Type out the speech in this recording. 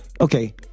okay